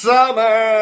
Summer